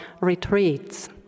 retreats